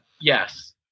yes